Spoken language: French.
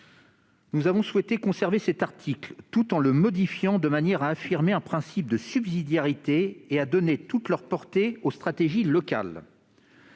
Nous avons souhaité conserver cet article, tout en le modifiant de manière à affirmer un principe de subsidiarité et à donner toute leur portée aux stratégies locales.